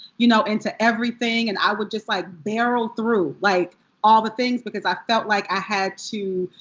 you know, into everything. and i would just, like, barrel through. like all the things. because i felt like i had to,